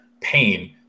pain